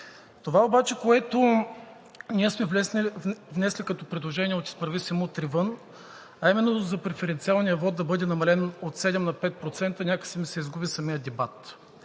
Това обаче, което ние сме внесли като предложение от „Изправи се! Мутри вън!“, а именно за преференциалния вот – да бъде намален от 7 на 5%, някак си ми се изгуби в самия дебат.